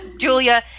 Julia